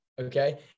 okay